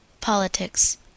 Politics